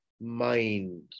mind